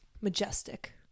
majestic